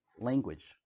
language